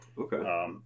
okay